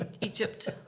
Egypt